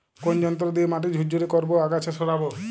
কোন যন্ত্র দিয়ে মাটি ঝুরঝুরে করব ও আগাছা সরাবো?